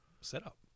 setup